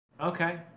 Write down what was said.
Okay